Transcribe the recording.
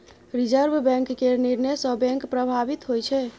reserve bank केर निर्णय सँ बैंक प्रभावित होइ छै